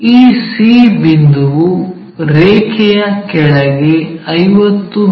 ಈ c ಬಿಂದುವು ರೇಖೆಯ ಕೆಳಗೆ 50 ಮಿ